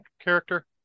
character